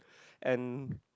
and